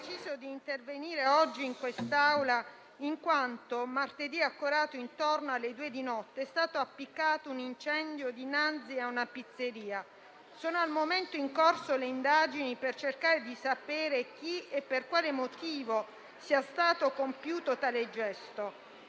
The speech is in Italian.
ho deciso di intervenire oggi in Aula in quanto martedì, a Corato, intorno alle due di notte è stato appiccato un incendio dinanzi a una pizzeria. Sono al momento in corso le indagini per cercare di sapere chi sia il responsabile e per quale motivo sia stato compiuto tale gesto.